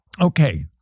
Okay